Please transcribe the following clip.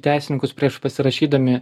teisininkus prieš pasirašydami